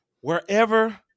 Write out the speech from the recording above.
Wherever